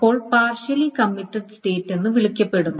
അപ്പോൾ partially committed state എന്ന് വിളിക്കപ്പെടുന്നു